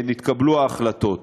נתקבלו ההחלטות.